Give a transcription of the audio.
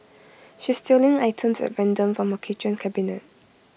she's stealing items at random from her kitchen cabinet